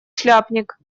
шляпник